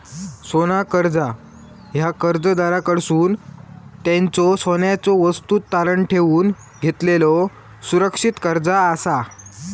सोना कर्जा ह्या कर्जदाराकडसून त्यांच्यो सोन्याच्यो वस्तू तारण ठेवून घेतलेलो सुरक्षित कर्जा असा